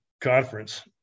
conference